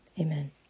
amen